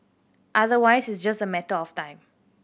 otherwise it's just a matter of time